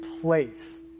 place